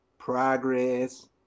progress